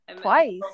Twice